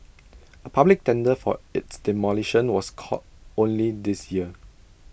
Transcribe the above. A public tender for its demolition was called only this year